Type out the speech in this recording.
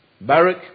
Barak